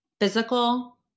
physical